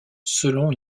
selon